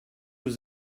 was